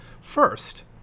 first